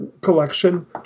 collection